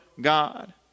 God